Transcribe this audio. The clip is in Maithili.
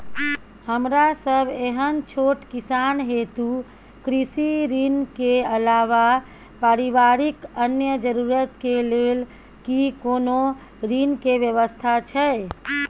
हमरा सब एहन छोट किसान हेतु कृषि ऋण के अलावा पारिवारिक अन्य जरूरत के लेल की कोनो ऋण के व्यवस्था छै?